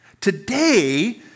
Today